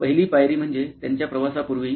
पहिली पायरी म्हणजे त्यांच्या प्रवासापूर्वी